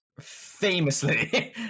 Famously